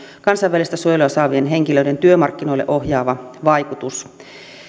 kansainvälistä suojelua saavien henkilöiden työmarkkinoille ohjaava vaikutus